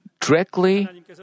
directly